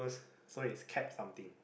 so it's cab something